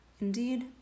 Indeed